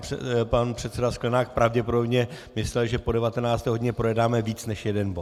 A pan předseda Sklenák pravděpodobně myslel, že po 19. hodině projednáme víc než jeden bod.